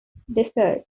desserts